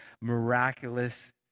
miraculous